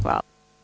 Hvala.